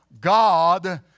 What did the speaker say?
God